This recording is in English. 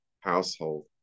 household